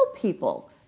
people